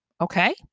okay